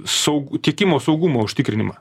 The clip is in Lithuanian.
saug tiekimo saugumo užtikrinimą